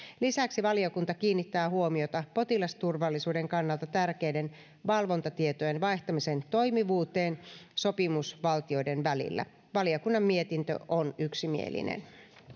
lisäksi valiokunta kiinnittää huomiota potilasturvallisuuden kannalta tärkeiden valvontatietojen vaihtamisen toimivuuteen sopimusvaltioiden välillä valiokunnan mietintö on yksimielinen